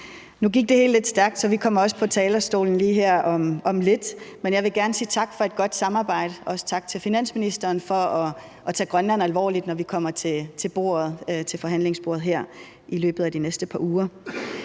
Nu gik det hele lidt stærkt, så vi kommer også på talerstolen lige her om lidt, men jeg vil gerne sige tak for et godt samarbejde, også tak til finansministeren for at tage Grønland alvorligt, når vi kommer til forhandlingsbordet her i løbet af de næste par uger.